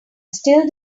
still